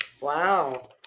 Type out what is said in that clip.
Wow